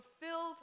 fulfilled